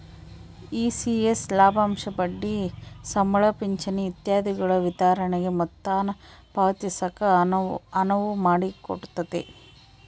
ECS ಲಾಭಾಂಶ ಬಡ್ಡಿ ಸಂಬಳ ಪಿಂಚಣಿ ಇತ್ಯಾದಿಗುಳ ವಿತರಣೆಗೆ ಮೊತ್ತಾನ ಪಾವತಿಸಾಕ ಅನುವು ಮಾಡಿಕೊಡ್ತತೆ